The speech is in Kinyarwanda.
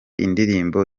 indirimbo